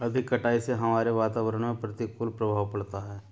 अधिक कटाई से हमारे वातावरण में प्रतिकूल प्रभाव पड़ता है